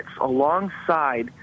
alongside